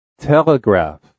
telegraph